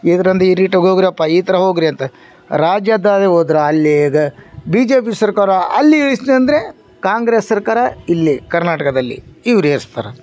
ಇದ್ರಂದು ಈ ರೇಟಿಗೆ ಹೋಗ್ರಪ್ಪ ಈ ಥರ ಹೋಗ್ರಿ ಅಂತ ರಾಜ್ಯದ ಹೋದ್ರೆ ಅಲ್ಲೀಗ ಬಿ ಜೆ ಪಿ ಸರ್ಕಾರ ಅಲ್ಲಿ ಇಷ್ಟಂದ್ರೆ ಕಾಂಗ್ರೆಸ್ ಸರ್ಕಾರ ಇಲ್ಲಿ ಕರ್ನಾಟಕದಲ್ಲಿ ಇವ್ರು ಏರಿಸ್ತಾರೆ